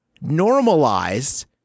normalized